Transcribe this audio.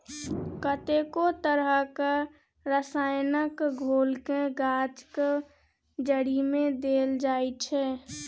कतेको तरहक रसायनक घोलकेँ गाछक जड़िमे देल जाइत छै